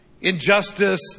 injustice